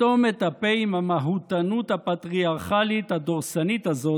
תסתום את הפה עם המהותנות הפטריארכלית הדורסנית הזו,